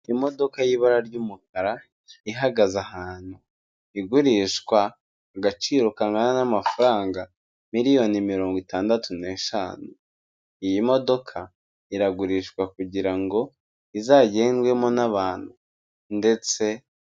Imodoka y'ibara ry'umukara ihagaze ahantu, igurishwa agaciro kangana n'amafaranga miliyoni mirongo itandatu n'eshanu. Iyi modoka iragurishwa kugira ngo izagendwemo n'abantu ndetse...